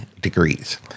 degrees